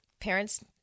parents